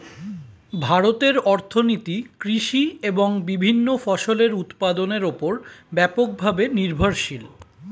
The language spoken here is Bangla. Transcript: ভারতের অর্থনীতি কৃষি এবং বিভিন্ন ফসলের উৎপাদনের উপর ব্যাপকভাবে নির্ভরশীল